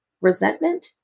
resentment